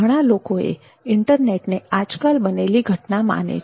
ઘણા લોકોએ ઈન્ટરનેટને આજકાલ બનેલી ઘટના માટે છે